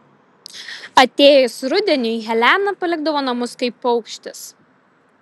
atėjus rudeniui helena palikdavo namus kaip paukštis